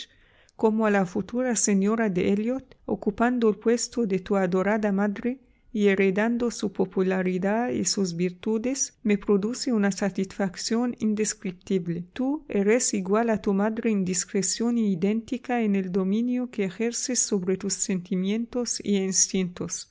como a la futura señora de elliot ocupando el puesto de tu adorada madre y heredando su popularidad y sus virtudes me produce una satisfacción indescriptible tú eres igual a tu madre en discreción e idéntica en el dominio que ejerces sobre tus sentimientos e